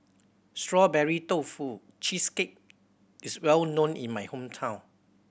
Strawberry Tofu Cheesecake is well known in my hometown